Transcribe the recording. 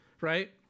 right